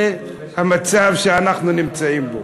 זה המצב שאנחנו נמצאים בו.